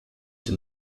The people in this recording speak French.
une